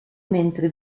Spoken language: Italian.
mentre